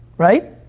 right?